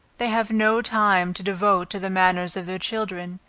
they have no time to devote to the manners of their children,